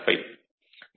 75